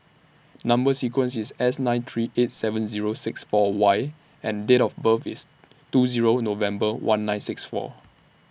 Number sequence IS S nine three eight seven Zero six four Y and Date of birth IS two Zero November one nine six four